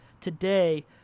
today